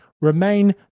remain